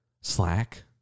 slack